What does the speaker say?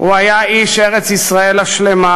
הוא היה איש ארץ-ישראל השלמה.